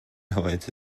روایت